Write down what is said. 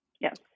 Yes